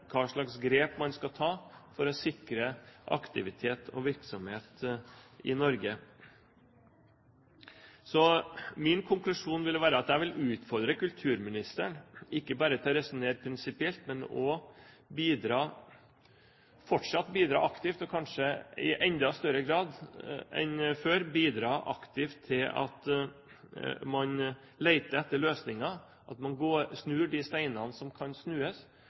hva slags grep man skal ta for å sikre aktivitet og virksomhet i Norge. Min konklusjon vil være at jeg vil utfordre kulturministeren ikke bare til å resonnere prinsipielt, men kanskje i enda større grad enn før bidra aktivt til å lete etter løsninger, snu de steinene som kan